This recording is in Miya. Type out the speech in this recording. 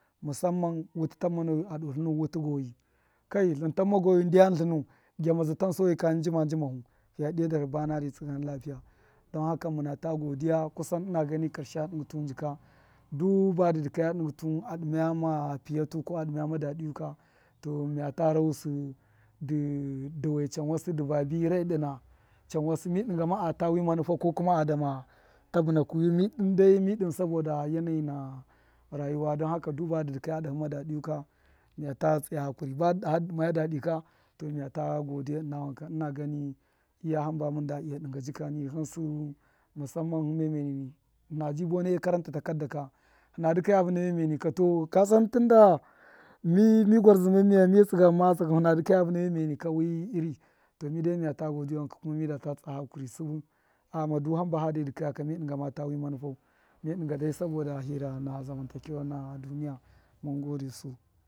Musamman wṫtṫ tammo ya doo tlṫnu wṫtṫ goyi kai tan manan goyi ndyam tlṫnu, gyamaza tan so yika nji ma nji mahu fiya dya darhṫ ban a de tsṫgana plapiya adama wanka muna ta dṫmana godiya kusan karsheya dṫngṫ tuwṫn jika du badṫ dikaya dṫngṫ tṫwṫna dṫmaya pṫyatu ko a dṫma ma dadiyu ka to miya ta rawu sṫ dṫdawe chanwasṫ dṫ vaya bṫ dawe chanwasṫ dṫ vaya bṫ radyadyana chanwasṫ mi dṫnga ma a dama wi manufau ko adama tabṫ nakṫ wṫyu, mi dṫn dai saboda yanayi na rayuwa adama wanka ndyam ba dṫkaya a dahṫma pṫyatu ka miya ta tsaya hakuri badṫ dṫkaya dṫ daho, piyatṫ ka to miya ta dṫma gadiya ṫna gani iya hṫmba munda iya dṫnga jika mun sṫn hṫn miya miyeni hṫna bṫ buwane karanta takarda ka hṫna dṫkaya vṫna miya miye to kasan tunda mi mi gwarzdṫma miya mi tsṫgama ma shinau hṫna dṫka vṫna miya miyei ka tuwahṫ to midai miya ta godiya mi data tsa hakuri sṫbṫ a ghama du hamla fa de dṫkenya ka mi dṫnga mata wṫ manufau, mi dṫnga dai saboda hira na zamantakewe na duniya mun gode su.